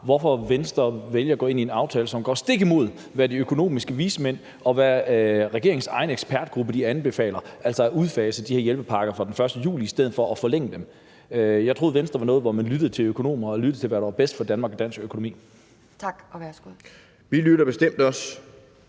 hvorfor Venstre vælger at gå ind i en aftale, som går stik imod, hvad de økonomiske vismænd og regeringens egen ekspertgruppe anbefaler, nemlig at udfase de her hjælpepakker fra den 1. juli i stedet for at forlænge dem? Jeg troede, at man i Venstre lyttede til økonomer og til, hvad der var bedst for Danmark og dansk økonomi. Kl. 10:14 Anden næstformand